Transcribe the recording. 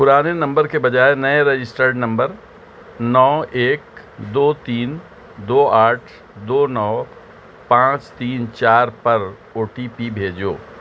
پرانے نمبر کے بجائے نئے رجسٹرڈ نمبر نو ایک دو تین دو آٹھ دو نو پانچ تین چار پر او ٹی پی بھیجو